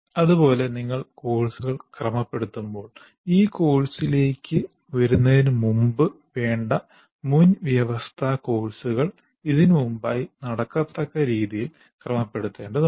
അതുപോലെ നിങ്ങൾ കോഴ്സുകൾ ക്രമപെടുത്തുമ്പോൾ ഈ കോഴ്സിലേക്ക് വരുന്നതിനുമുമ്പ് വേണ്ട മുൻവ്യവസ്ഥാ കോഴ്സുകൾ ഇതിനു മുമ്പായി നടക്കത്തക്ക രീതിയിൽ ക്രമപ്പെടുത്തേണ്ടതുണ്ട്